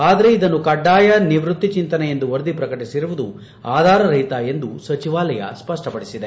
ಆದರೆ ಇದನ್ನು ಕಡ್ಡಾಯ ನಿವೃತ್ತಿ ಚಿಂತನೆ ಎಂದು ವರದಿ ಪ್ರಕಟಿಸಿರುವುದು ಆಧಾರರಹಿತ ಎಂದು ಸಚಿವಾಲಯ ತಿಳಿಸಿದೆ